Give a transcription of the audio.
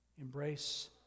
embrace